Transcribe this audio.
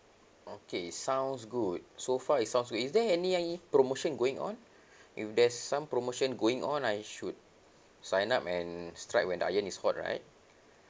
okay sounds good so far it sounds good is there any promotion going on if there's some promotion going on I should sign up and strike when the iron is hot right